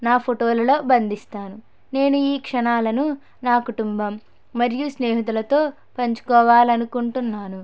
నా ఫోటోలలో బందిస్తాను నేను ఈ క్షణాలను నా కుటుంబం మరియు స్నేహితులతో పంచుకోవాలనుకుంటున్నాను